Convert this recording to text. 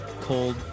Cold